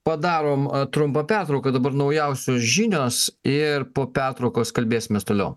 padarom trumpą pertrauką dabar naujausios žinios ir po pertraukos kalbėsimės toliau